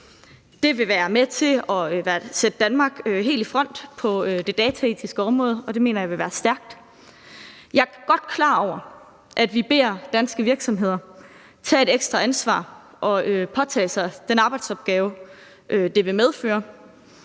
Det vil være med til at sætte Danmark helt i front på det dataetiske område, og det mener jeg vil være stærkt. Jeg er godt klar over, at vi beder danske virksomheder om at tage et ekstra ansvar ved at påtage sig den arbejdsopgave, det vil medføre,